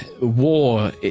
war